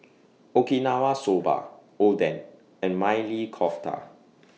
Okinawa Soba Oden and Maili Kofta